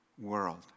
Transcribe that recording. world